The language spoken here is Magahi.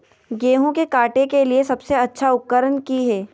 गेहूं के काटे के लिए सबसे अच्छा उकरन की है?